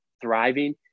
thriving